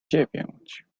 dziewięć